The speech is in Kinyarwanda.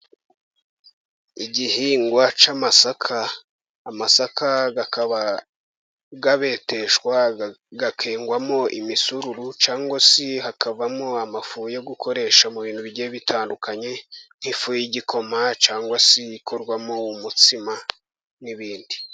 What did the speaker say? Igihingwa cy'amasaka. amasakaakaba abeteshwa akengwamo imisuru cyangwa se hakavamo ifu yo gukoresha mu bintu bigiye bitandukanye nk'ifu y'igikoma cyangwa se igakorwamo umutsima n'ibindi.